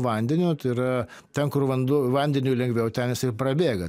vandeniu tai yra ten kur vandeniui lengviau ten jis ir prabėga